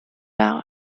out